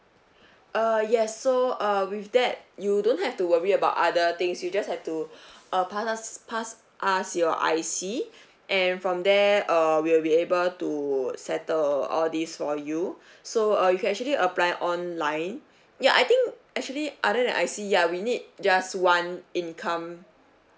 err yes so uh with that you don't have to worry about other things you just have to uh pass us pass us your I_C and from there err we'll be able to settle all this for you so uh you can actually apply online ya I think actually other than I_C ya we need just one income